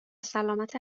سلامت